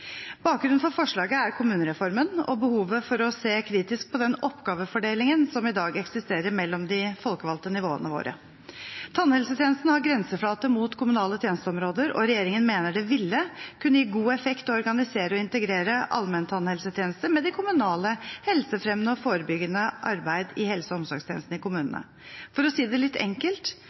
Bakgrunnen for forslaget er kommunereformen og behovet for å se kritisk på den oppgavefordelingen som i dag eksisterer mellom de folkevalgte nivåene våre. Tannhelsetjenesten har grenseflater mot kommunale tjenesteområder, og regjeringen mener det ville kunne gi god effekt å organisere og integrere allmenntannhelsetjenester med det kommunale helsefremmende og forebyggende arbeid i helse- og omsorgstjenestene i kommunene. For å si det litt enkelt